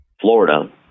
Florida